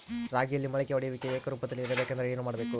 ರಾಗಿಯಲ್ಲಿ ಮೊಳಕೆ ಒಡೆಯುವಿಕೆ ಏಕರೂಪದಲ್ಲಿ ಇರಬೇಕೆಂದರೆ ಏನು ಮಾಡಬೇಕು?